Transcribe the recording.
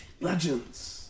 Legends